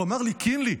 הוא אמר לי: קינלי,